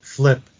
Flip